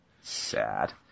sad